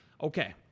Okay